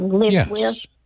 Yes